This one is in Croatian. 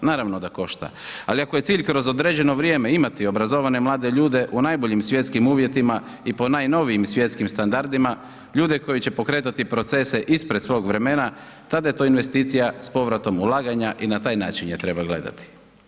Naravno da košta, ali ako je cilj kroz određeno vrijeme imati obrazovane mlade ljude u najboljim svjetskim uvjetima i po najnovijim svjetskim standardima, ljude koji će pokretati procese ispred svog vremena tada je to investicija s povratom ulaganja i na taj način je treba gledati.